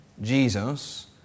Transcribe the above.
Jesus